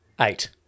Eight